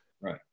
Right